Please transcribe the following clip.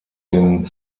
den